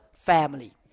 family